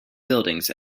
buildings